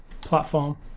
platform